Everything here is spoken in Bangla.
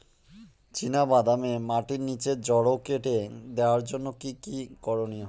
চিনা বাদামে মাটির নিচে জড় কেটে দেওয়ার জন্য কি কী করনীয়?